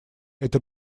это